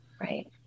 Right